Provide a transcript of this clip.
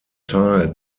teil